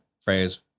phrase